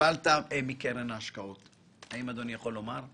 קיבלת מקרן ההשקעות, האם אתה יכול לומר?